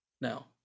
Now